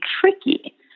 tricky